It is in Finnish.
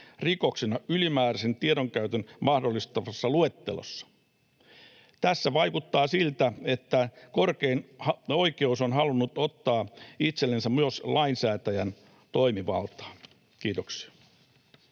rikoksena ylimääräisen tiedonkäytön mahdollistavassa luettelossa? Tässä vaikuttaa siltä, että korkein oikeus on halunnut ottaa itsellensä myös lainsäätäjän toimivaltaa. — Kiitoksia.